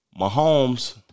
Mahomes